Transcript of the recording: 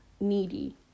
needy